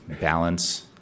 balance